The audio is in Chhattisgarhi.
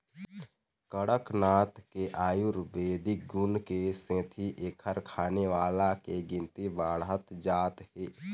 कड़कनाथ के आयुरबेदिक गुन के सेती एखर खाने वाला के गिनती बाढ़त जात हे